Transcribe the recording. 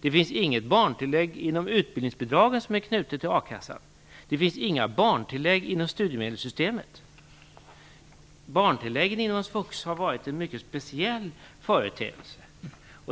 Det finns inget barntillägg inom utbildningsbidragen, som är knutna till a-kassan. Det finns inga barntillägg inom studiemedelssystemet. Barntilläggen inom svux har varit en mycket speciell företeelse.